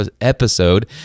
episode